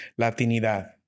Latinidad